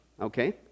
Okay